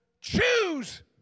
choose